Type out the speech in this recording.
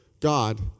God